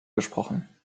gesprochen